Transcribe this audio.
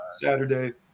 Saturday